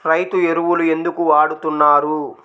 రైతు ఎరువులు ఎందుకు వాడుతున్నారు?